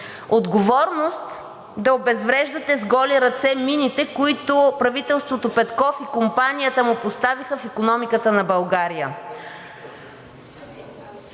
отговорност да обезвреждате с голи ръце мините, които правителството Петков и компанията му поставиха в икономиката на България,